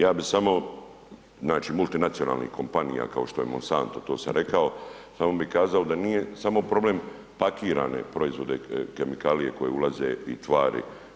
Ja bih samo, znači multinacionalna kompanija kao što je Monsanto, to sam rekao, samo bih kazao da nije samo problem pakirane proizvode, kemikalije koje ulaze i tvari.